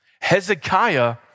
Hezekiah